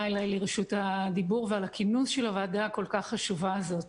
עלי לרשות הדיבור ועל הכינוס של הוועדה החשובה הזאת.